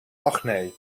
acne